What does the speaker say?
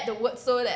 the words so that